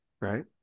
right